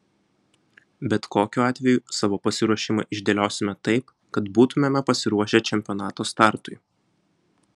bet kokiu atveju savo pasiruošimą išdėliosime taip kad būtumėme pasiruošę čempionato startui